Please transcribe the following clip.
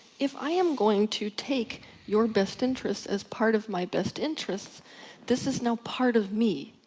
if i am going to take your best interest as part of my best interests this is now part of me.